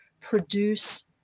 produce